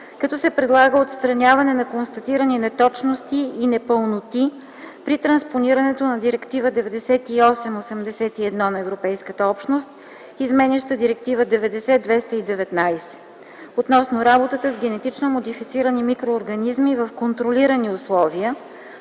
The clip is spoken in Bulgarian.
като се предлага отстраняване на констатирани неточности и непълноти при транспонирането на Директива 98/81/ЕО, изменяща Директива 90/219/ЕИО относно работата с генетично модифицирани организми в контролирани условия